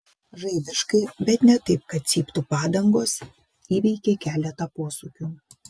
žaibiškai bet ne taip kad cyptų padangos įveikė keletą posūkių